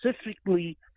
specifically